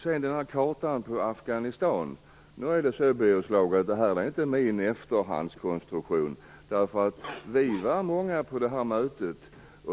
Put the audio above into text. Vad gäller kartan på Afghanistan vill jag säga att det inte är min efterhandskonstruktion. Vi var många på mötet.